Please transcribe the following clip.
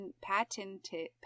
patented